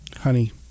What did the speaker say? honey